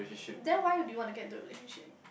then why do you want to get into a relationship